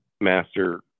master